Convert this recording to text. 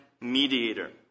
mediator